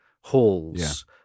halls